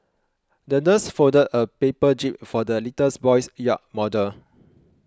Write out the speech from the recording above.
the nurse folded a paper jib for the little's boy's yacht model